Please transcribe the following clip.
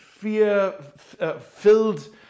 fear-filled